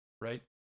right